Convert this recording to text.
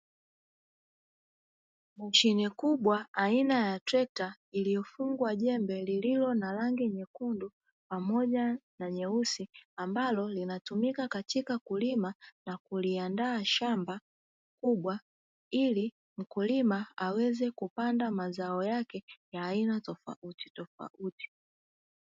Mashine kubwa aina ya trekta iliyofungwa jembe lililo na rangi nyekundu, pamoja na nyeusi, ambalo linatumika katika kulima na kuliandaa shamba kubwa ili mkulima aweze kupanda mazao yake ya aina tofautitofauti.